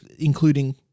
including